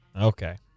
Okay